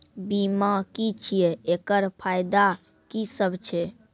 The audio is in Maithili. बीमा की छियै? एकरऽ फायदा की सब छै?